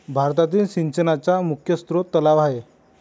भारतातील सिंचनाचा मुख्य स्रोत तलाव आहे